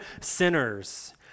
sinners